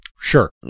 Sure